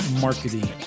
marketing